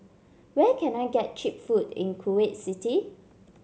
where can I get cheap food in Kuwait City